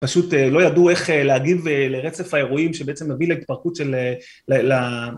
פשוט לא ידעו איך להגיב לרצף האירועים שבעצם מביא להתפרקות של...